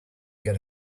get